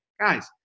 Guys